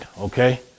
Okay